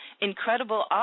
incredible